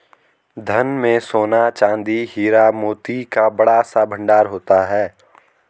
धन में सोना, चांदी, हीरा, मोती का बड़ा सा भंडार होता था